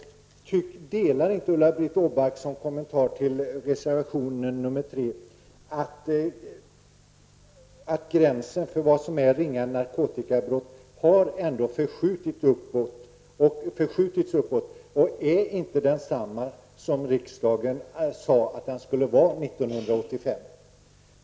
Anser inte Ulla-Britt Åbark -- som kommentar till reservation 3 -- att gränsen för vad som är ringa narkotikabrott har förskjutits uppåt, så att den inte är densamma som riksdagen 1985 sade att den skulle vara?